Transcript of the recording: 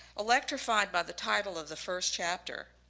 electrified by the title of the first chapter,